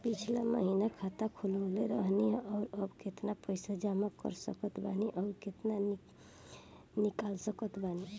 पिछला महीना खाता खोलवैले रहनी ह और अब केतना पैसा जमा कर सकत बानी आउर केतना इ कॉलसकत बानी?